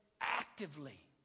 actively